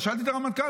שאלתי את הרמטכ"ל,